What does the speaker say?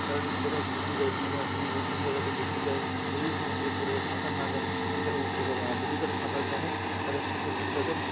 তারা যদি কোথাও ঘুরতে যায় দীঘা পুরী এইসব জায়গাতে ঘুরতে যায় যদি সমুদ্রে পড়ে যায় সাঁতার না জানে সে ক্ষেত্রে তারা উঠতে পারবে না আর যদি তারা সাঁতার জানে তাদের সে ক্ষেত্রে তাদের